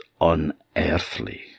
unearthly